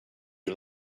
you